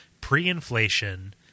pre-inflation